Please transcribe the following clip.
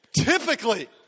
typically